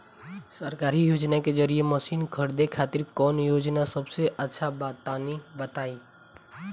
सरकारी योजना के जरिए मशीन खरीदे खातिर कौन योजना सबसे अच्छा बा तनि बताई?